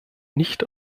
nicht